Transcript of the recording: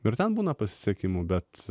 ir ten būna pasisekimų bet